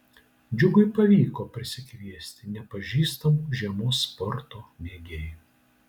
džiugui pavyko prisikviesti nepažįstamų žiemos sporto mėgėjų